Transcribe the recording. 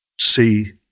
see